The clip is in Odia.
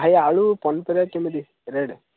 ଭାଇ ଆଳୁ ପନିପରିବା କେମିତି ରେଟ୍